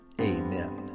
Amen